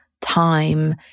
time